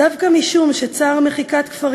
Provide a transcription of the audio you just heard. דבר נוסף שהוא מאוד חשוב ומשמעותי בחוק המדובר,